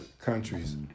countries